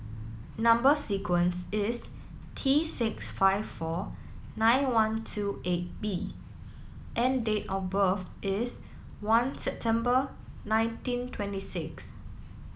number sequence is T six five four nine one two eight B and date of birth is one September nineteen twenty six